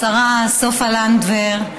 השרה סופה לנדבר,